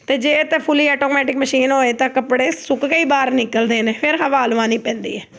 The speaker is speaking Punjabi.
ਅਤੇ ਜੇ ਤਾਂ ਫੁਲੀ ਆਟੋਮੈਟਿਕ ਮਸ਼ੀਨ ਹੋਏ ਤਾਂ ਕੱਪੜੇ ਸੁੱਕ ਕੇ ਹੀ ਬਾਹਰ ਨਿਕਲਦੇ ਨੇ ਫਿਰ ਹਵਾ ਲਵਾਣੀ ਪੈਂਦੀ ਹੈ